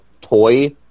toy